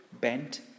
bent